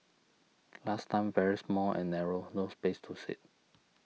last time very small and narrow no space to sit